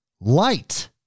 light